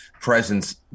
presence